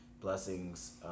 Blessings